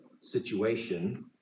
situation